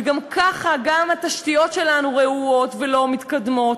וגם ככה התשתיות שלנו רעועות ולא מתקדמות,